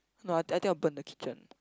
no I think I think I'll put in the kitchen